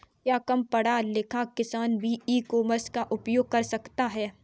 क्या कम पढ़ा लिखा किसान भी ई कॉमर्स का उपयोग कर सकता है?